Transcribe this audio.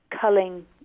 culling